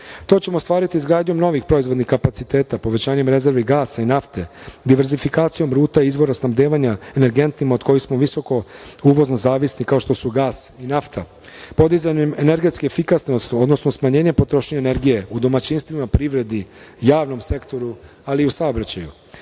To ćemo ostvariti izgradnjom novih proizvodnih kapaciteta, povećanjem rezervi gasa i nafte, diverzifikacijom ruta i izvora snabdevanja energentima, od kojih smo visoko uvozno zavisni, kao što su gas i nafta, podizanjem energetske efikasnosti, odnosno smanjenjem potrošene energije u domaćinstvima, privredi, javnom sektoru, ali i u saobraćaju.